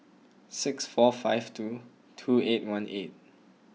six four five two two eight one eight